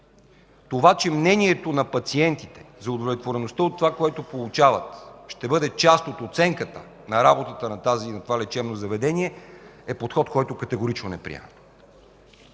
това, че мнението на пациентите за удовлетвореността от онова, което получават, ще бъде част от оценката за работата на лечебното заведение – подход, който категорично не приемам.